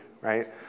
right